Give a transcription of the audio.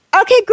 Okay